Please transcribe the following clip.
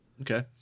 Okay